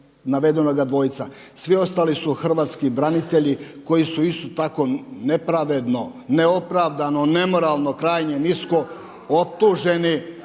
navedenoga dvojca. Svi ostali su hrvatski branitelji koji su isto tako nepravedno, neopravdano, nemoralno krajnje nisko optuženi